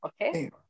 Okay